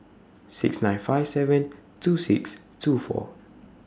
six nine five seven two six two four